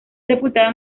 sepultado